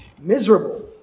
miserable